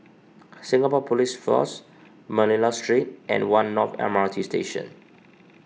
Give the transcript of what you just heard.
Singapore Police Force Manila Street and one North M R T Station